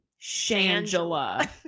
Shangela